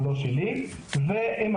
מ.א.ר, והוא לא שלי, ו-MRI.